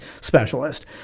specialist